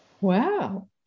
wow